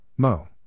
Mo